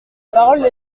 parole